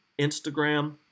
Instagram